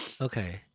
okay